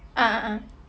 ah ah ah